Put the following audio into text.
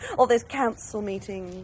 all those council meetings.